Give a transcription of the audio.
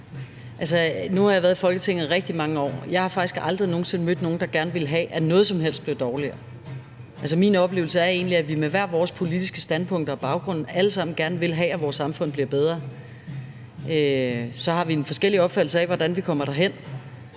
Nu har jeg været i Folketinget rigtig mange år, og jeg har faktisk aldrig nogen sinde mødt nogen, der gerne ville have, at noget som helst blev dårligere. Altså, min oplevelse er egentlig, at vi med hver vores politiske standpunkter og baggrunde alle sammen gerne vil have, at vores samfund bliver bedre. Så har vi en forskellig opfattelse af, hvordan vi kommer derhen.